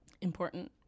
important